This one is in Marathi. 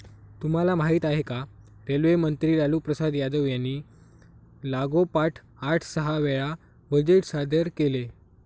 तुम्हाला माहिती आहे का? रेल्वे मंत्री लालूप्रसाद यादव यांनी लागोपाठ आठ सहा वेळा बजेट सादर केले